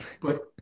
but-